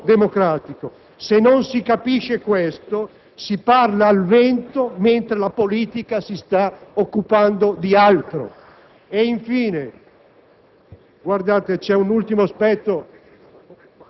la politica, ma l'elettorato in modo democratico. Se non si capisce questo, si parla al vento mentre la politica si sta occupando di altro. C'è un